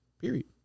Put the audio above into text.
Period